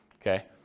Okay